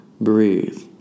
Breathe